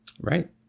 Right